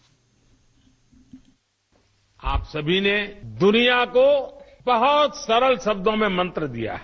bite आप सभी ने दुनिया को बहुत सरल शब्दों में मंत्र दिया है